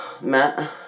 Matt